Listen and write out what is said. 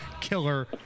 Killer